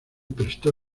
prestó